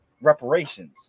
reparations